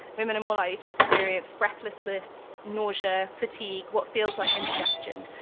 women are more likely to experience breathlessness, nausea, fatigue, what feels like indigestion.